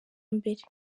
mbere